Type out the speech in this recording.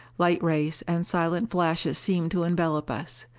light rays and silent flashes seemed to envelope us.